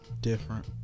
Different